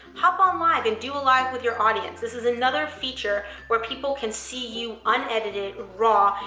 hop on live and do a live with your audience. this is another feature where people can see you unedited, raw,